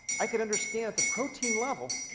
i could understand, at the protein level,